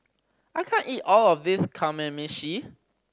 I can't eat all of this Kamameshi